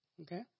okay